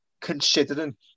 considering